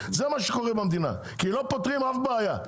שקורה במדינה כי לא פותרים אף בעיה.